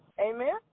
Amen